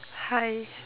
hi